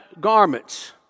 garments